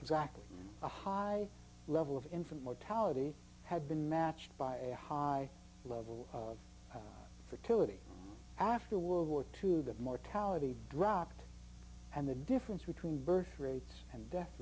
exactly a high level of in from mortality had been matched by a high level fertility after world war two the mortality dropped and the difference between birth rates and death